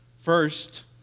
First